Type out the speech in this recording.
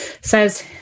says